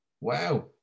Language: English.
wow